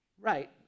Right